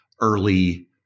early